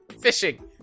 Fishing